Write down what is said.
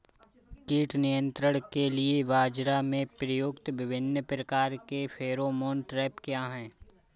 कीट नियंत्रण के लिए बाजरा में प्रयुक्त विभिन्न प्रकार के फेरोमोन ट्रैप क्या है?